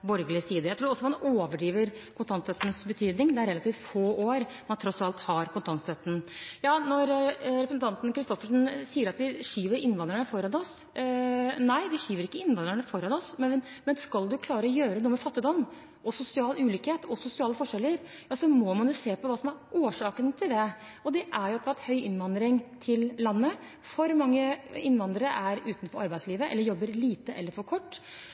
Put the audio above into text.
borgerlig side. Jeg tror man overdriver kontantstøttens betydning. Det er tross alt relativt få år man har kontantstøtten. Representanten Christoffersen sier at vi skyver innvandrerne foran oss. Nei, vi skyver ikke innvandrerne foran oss, men skal man klare å gjøre noe med fattigdom, sosial ulikhet og sosiale forskjeller, må man se på hva som er årsakene til det, og det er ikke høy innvandring til landet. For mange innvandrere er utenfor arbeidslivet eller jobber lite eller for kort.